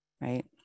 right